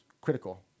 critical